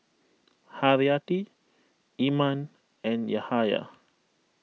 Haryati Iman and Yahaya